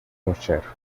rocher